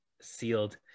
Sealed